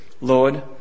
Lord